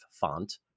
font